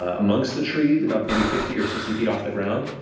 ah amongst the trees, about maybe fifty or sixty feet off the ground,